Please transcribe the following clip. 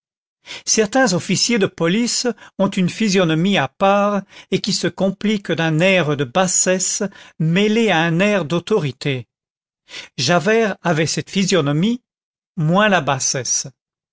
certains officiers de police ont une physionomie à part et qui se complique d'un air de bassesse mêlé à un air d'autorité javert avait cette physionomie moins la bassesse